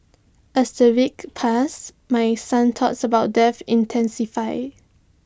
as the weeks passed my son's thoughts about death intensified